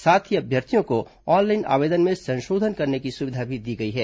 साथ ही अभ्यर्थियों को ऑनलाइन आवेदन में संशोधन करने की सुविधा भी दी गई है